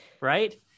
right